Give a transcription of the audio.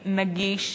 נגיש,